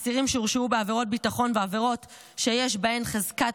אסירים שהורשעו בעבירות ביטחון ועבירות שיש בהן חזקת